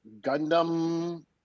Gundam